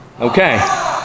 Okay